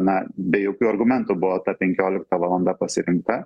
na be jokių argumentų buvo ta penkiolikta valanda pasirinkta